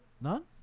none